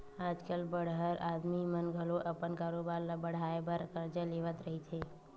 आज कल बड़हर आदमी मन घलो अपन कारोबार ल बड़हाय बर करजा लेवत रहिथे